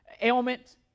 ailment